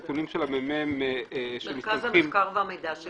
הנתונים של מרכז המחקר והמידע של